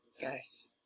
Guys